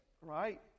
right